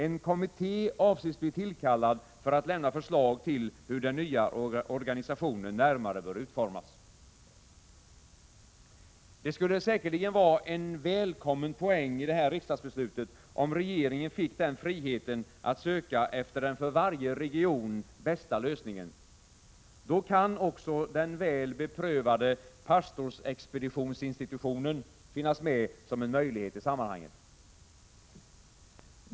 En kommitté avses bli tillkallad för att lämna förslag till hur den nya organisationen närmare bör utformas.” Det skulle säkerligen vara en välkommen poäng i det här riksdagsbeslutet om regeringen fick den friheten att söka efter den för varje region bästa lösningen. Då kan också den väl beprövade pastorsexpeditionsinstitutionen finnas med som en möjlighet i sammanhanget.